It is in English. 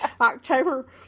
October